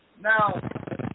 Now